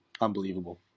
unbelievable